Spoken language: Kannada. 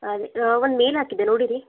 ಅದೆ ನಾ ಒಂದು ಮೇಲ್ ಹಾಕಿದ್ದೆ ನೋಡಿರಿ